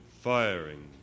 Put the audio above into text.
firing